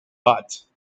but